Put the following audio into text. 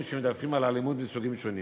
שמדווחים על אלימות מסוגים שונים.